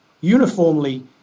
uniformly